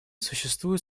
существует